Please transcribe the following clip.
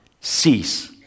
Cease